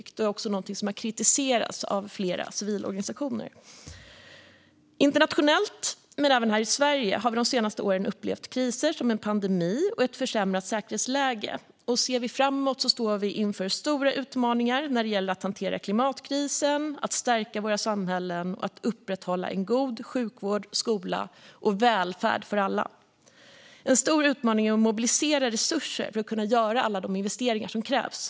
Detta är också något som har kritiserats av flera civilorganisationer. Internationellt, men även här i Sverige, har vi de senaste åren upplevt kriser, som en pandemi och ett försämrat säkerhetsläge. Ser vi framåt ser vi att vi står inför stora utmaningar när det gäller att hantera klimatkrisen, att stärka våra samhällen och att upprätthålla en god sjukvård och skola och välfärd för alla. En stor utmaning är att mobilisera resurser för att kunna göra alla de investeringar som krävs.